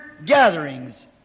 gatherings